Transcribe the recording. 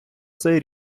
цей